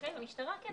כן.